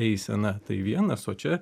eisena tai vienas o čia